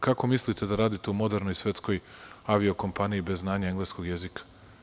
Kako mislite da radite u modernoj svetskoj avio kompaniji bez znanja engleskog jezika?